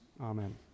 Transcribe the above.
Amen